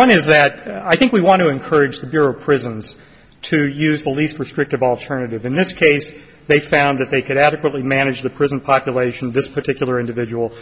one is that i think we want to encourage the bureau of prisons to use the least restrictive alternative in this case they found that they could adequately manage the prison population of this particular individual